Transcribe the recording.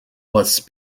was